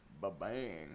Ba-bang